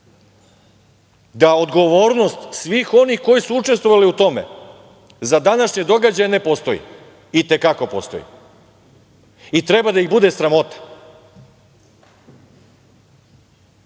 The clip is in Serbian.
da odgovornost svih onih koji su učestvovali u tome za današnje događaje ne postoji. I te kako postoji i treba da ih bude sramota. Neću